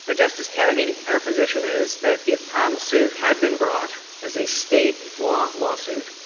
ah justice kennedy, our position is that if pom's suit had been brought as a state law lawsuit,